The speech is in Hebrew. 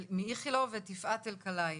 מאיכילוב, את יפעת אלקלעי,